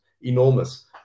enormous